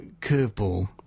curveball